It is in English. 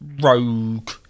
rogue